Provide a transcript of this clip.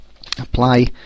apply